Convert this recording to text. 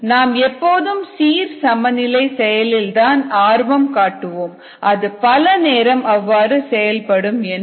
நாம் எப்போதும் சீர் சமநிலை செயலில் தான் ஆர்வம் காட்டுவோம் அது பல நேரம் அவ்வாறு செயல்படும் என்று